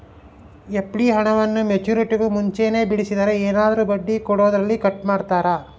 FD ಹಣವನ್ನು ಮೆಚ್ಯೂರಿಟಿಗೂ ಮುಂಚೆನೇ ಬಿಡಿಸಿದರೆ ಏನಾದರೂ ಬಡ್ಡಿ ಕೊಡೋದರಲ್ಲಿ ಕಟ್ ಮಾಡ್ತೇರಾ?